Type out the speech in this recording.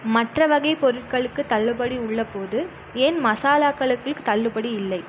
மற்ற வகைப் பொருட்களுக்குத் தள்ளுபடி உள்ளபோது ஏன் மசாலாக்களுக்குத் தள்ளுபடி இல்லை